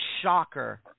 shocker